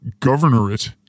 Governorate